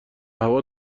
هوا